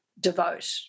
devote